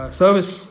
service